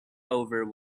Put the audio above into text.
over